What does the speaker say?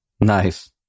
Nice